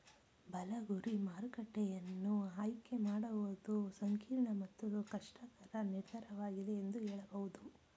ಬಲ ಗುರಿ ಮಾರುಕಟ್ಟೆಯನ್ನ ಆಯ್ಕೆ ಮಾಡುವುದು ಸಂಕೀರ್ಣ ಮತ್ತು ಕಷ್ಟಕರ ನಿರ್ಧಾರವಾಗಿದೆ ಎಂದು ಹೇಳಬಹುದು